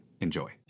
enjoy